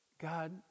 God